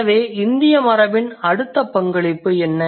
எனவே இந்திய மரபின் அடுத்த பங்களிப்பு என்ன